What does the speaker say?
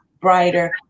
brighter